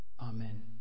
Amen